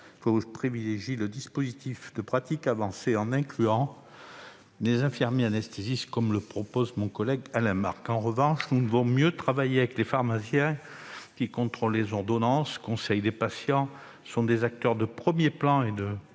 privilégier le dispositif de pratique avancée, en incluant les infirmiers anesthésistes, comme le propose mon collègue Alain Marc. En revanche, nous devons mieux travailler avec les pharmaciens, qui contrôlent les ordonnances et conseillent les patients, qui sont des acteurs de premier plan en